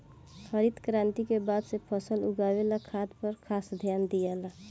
हरित क्रांति के बाद से फसल उगावे ला खाद पर खास ध्यान दियाला